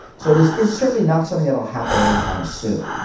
so this is certainly not something that will happen anytime soon,